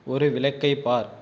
ஒரு விளக்கைப் பார்